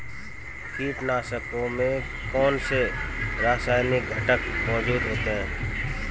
कीटनाशकों में कौनसे रासायनिक घटक मौजूद होते हैं?